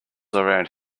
around